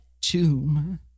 tomb